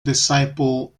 disciple